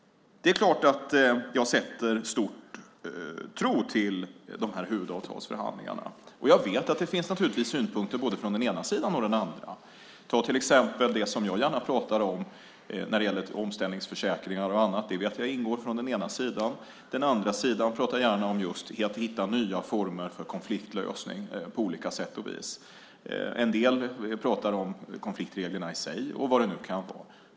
Det är klart att jag sätter stor tilltro till de här huvudavtalsförhandlingarna. Jag vet att det finns synpunkter från både den ena sidan och den andra. Jag pratar till exempel gärna om omställningsförsäkringar, och jag vet att det gör man också från den ena sidan. Den andra sidan pratar gärna om att hitta nya former för konfliktlösning. En del pratar om konfliktreglerna i sig.